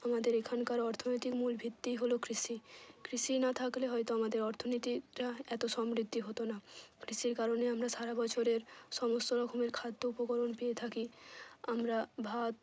আমাদের এখানকার অর্থনীতির মূল ভিত্তিই হলো কৃষি কৃষিই না থাকলে হয়তো আমাদের অর্থনীতিটা এতো সমৃদ্ধি হতো না কৃষির কারণে আমরা সারা বছরের সমস্ত রকমের খাদ্য উপকরণ পেয়ে থাকি আমরা ভাত